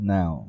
Now